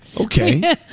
Okay